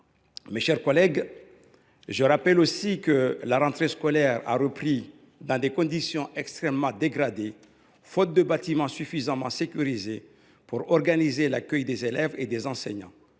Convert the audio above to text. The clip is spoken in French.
Mes chers collègues, je rappelle que la rentrée scolaire a eu lieu dans des conditions extrêmement dégradées, faute de bâtiments suffisamment sécurisés pour organiser l’accueil des élèves et des enseignants.